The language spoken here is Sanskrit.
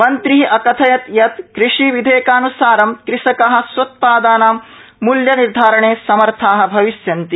मन्त्री अकथयत् यत् कृषि विधेयकानुसारं कृषका स्वोत्पादनानां मूल्यनिर्धारणे समर्था भविष्यन्ति